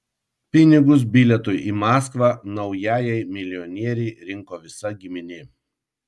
pinigus bilietui į maskvą naujajai milijonierei rinko visa giminė